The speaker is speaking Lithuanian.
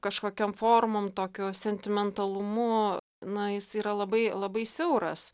kažkokiom formom tokiu sentimentalumu na jis yra labai labai siauras